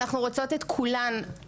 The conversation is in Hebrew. נהפוך הוא, אנחנו רוצות את כולן איתנו.